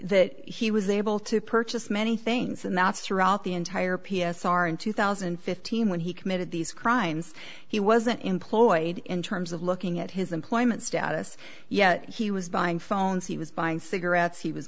that he was able to purchase many things and that's throughout the entire p s r in two thousand and fifteen when he committed these crimes he wasn't employed in terms of looking at his employment status yet he was buying phones he was buying cigarettes he was